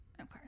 Okay